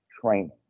training